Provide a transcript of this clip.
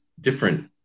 different